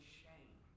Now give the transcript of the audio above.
shame